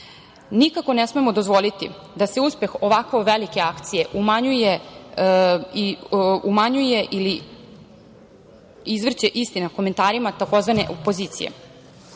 Nikako ne smemo dozvoliti da se uspeh ovako velike akcije umanjuje ili izvrće istina komentarima tzv.